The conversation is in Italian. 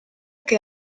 che